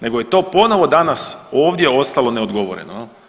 Nego je to ponovo danas ovdje ostalo neodgovoreno.